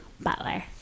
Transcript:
Butler